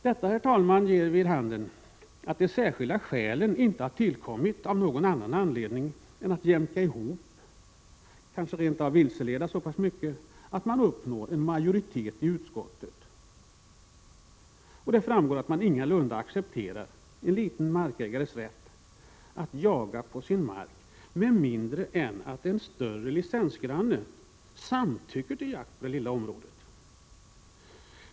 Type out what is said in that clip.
Detta, herr talman, ger vid handen att de särskilda skälen inte har tillkommit av någon annan anledning än att jämka ihop och kanske rent av vilseleda så pass mycket att man uppnår en majoritet i utskottet. Det framgår att man ingalunda accepterar en liten markägares rätt att jaga på sin mark med mindre än att en större ”licensgranne” samtycker till jakt på det lilla området.